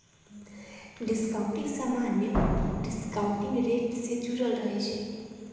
discounting समान्य discounting rate से जुरल रहै छइ